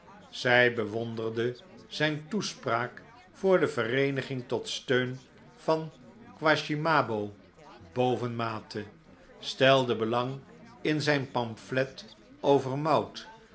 zij bewonderde zijn toespraak voor de vereeniging tot steun van quashimaboo bovenmate stelde belang in zijn pamflet over mout